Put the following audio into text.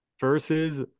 versus